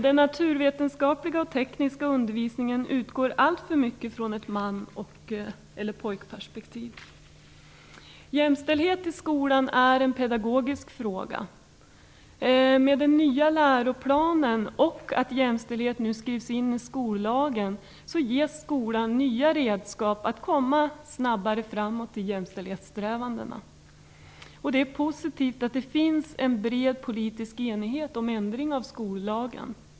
Den naturvetenskapliga och tekniska undervisningen utgår alltför mycket från ett mans eller pojkperspektiv. Jämställdhet i skolan är en pedagogisk fråga. Med den nya läroplanen och genom att jämställdhet nu skrivs in i skollagen ges skolan nya redskap att snabbare komma framåt i jämställdhetssträvandena. Det är positivt att det finns en bred politisk enighet om ändring av skollagen.